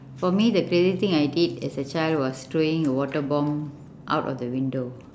for me the crazy thing I did as a child was throwing a water bomb out of the window